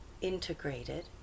integrated